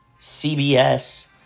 CBS